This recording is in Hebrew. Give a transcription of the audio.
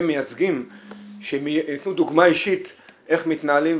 מי שצריך את הסימן אנחנו תמיד יודעים שכ"ה בכסלו זה חנוכה.